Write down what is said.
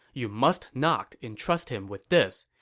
you must not entrust him with this.